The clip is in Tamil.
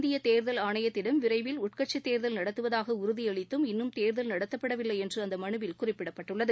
இந்தியத் தேர்தல் ஆணையத்திடம் விரைவில் உட்கட்சித் தேர்தல் நடத்துவதாக உறுதி அளித்தும் இன்னும் தேர்தல் நடத்தப்படவில்லை என்று அந்த மனுவில் குறிப்பிடப்பட்டுள்ளது